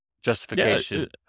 justification